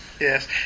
Yes